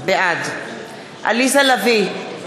בעד עליזה לביא,